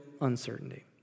uncertainty